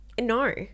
No